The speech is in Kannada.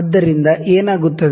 ಆದ್ದರಿಂದ ಏನಾಗುತ್ತದೆ